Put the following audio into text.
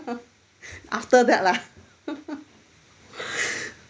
after that lah